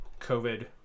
COVID